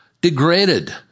Degraded